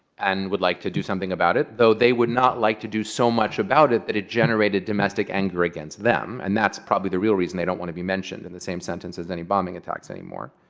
and would like to do something about it. though they would not like to do so much about it that it generated domestic anger against them. and that's probably the real reason they don't want to be mentioned in the same sentence as any bombing attacks anymore.